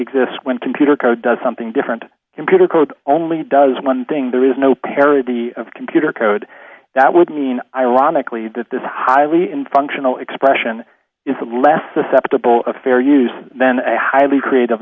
exists when computer code does something different computer code only does one thing there is no parody of computer code that would mean ironically that this highly in functional expression is less susceptible of fair use then a highly creative